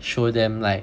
show them like